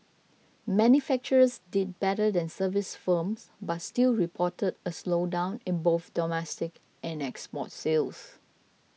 manufacturers did better than service firms but still reported a slowdown in both domestic and export sales